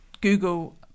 Google